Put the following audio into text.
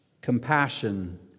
compassion